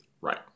Right